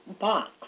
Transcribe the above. box